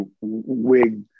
wig